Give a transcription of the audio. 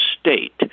state